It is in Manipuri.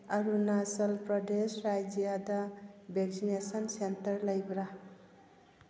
ꯑꯔꯨꯅꯥꯆꯜ ꯄ꯭ꯔꯗꯦꯁ ꯔꯥꯖ꯭ꯌꯗ ꯚꯦꯛꯁꯤꯅꯦꯁꯟ ꯁꯦꯟꯇꯔ ꯂꯩꯕ꯭ꯔꯥ